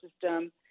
system